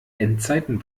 endzeiten